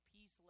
peace